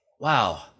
wow